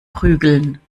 prügeln